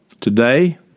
Today